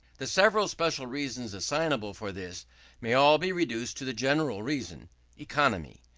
the several special reasons assignable for this may all be reduced to the general reason economy.